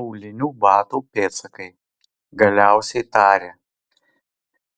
aulinių batų pėdsakai galiausiai tarė